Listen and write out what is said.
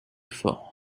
fort